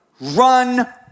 run